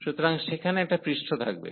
সুতরাং সেখানে একটা পৃষ্ঠ থাকবে